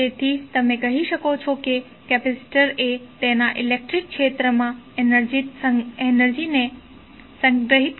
તેથી જ તમે કહી શકો છો કે કેપેસિટર એ તેના ઇલેક્ટ્રિક ક્ષેત્રમાં એનર્જીને સંગ્રહિત કરવાની ક્ષમતા ધરાવતું એલિમેન્ટ્ છે